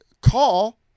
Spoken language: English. call